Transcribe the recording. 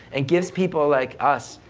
and gives people like us,